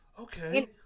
Okay